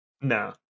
No